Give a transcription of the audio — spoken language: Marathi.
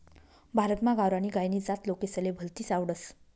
भारतमा गावरानी गायनी जात लोकेसले भलतीस आवडस